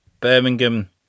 Birmingham